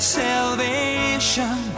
salvation